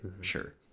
sure